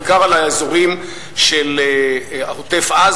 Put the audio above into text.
בעיקר על האזורים של עוטף-עזה,